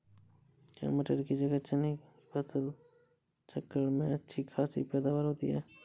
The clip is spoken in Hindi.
क्या मटर की जगह चने की फसल चक्रण में अच्छी खासी पैदावार होती है?